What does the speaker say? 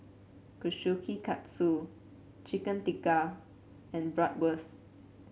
Kushikatsu Chicken Tikka and Bratwurst